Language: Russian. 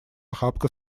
охапка